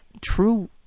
true